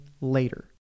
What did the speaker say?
later